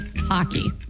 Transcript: hockey